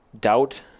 doubt